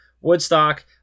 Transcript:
Woodstock